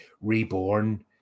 reborn